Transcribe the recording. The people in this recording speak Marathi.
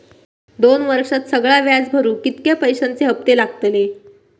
दोन वर्षात सगळा व्याज भरुक कितक्या पैश्यांचे हप्ते लागतले?